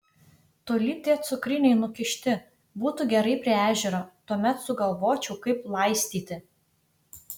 toli tie cukriniai nukišti būtų gerai prie ežero tuomet sugalvočiau kaip laistyti